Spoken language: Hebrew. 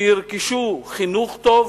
שירכשו חינוך טוב,